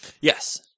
Yes